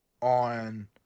on